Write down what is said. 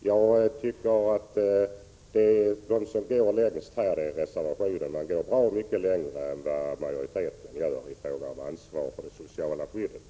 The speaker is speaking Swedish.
Jag anser att reservanterna i reservation 7 går bra mycket längre än majoriteten gör i fråga om ansvar för det sociala skyddet.